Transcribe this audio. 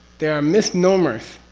there are misnomers.